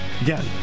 Again